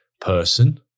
person